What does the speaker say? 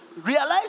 realize